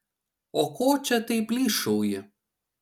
o ko čia taip plyšauji